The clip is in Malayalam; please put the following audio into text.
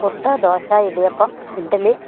പുട്ട് ദോശ ഇടിയപ്പം ഇഡലി